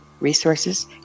resources